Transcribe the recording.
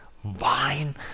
Vine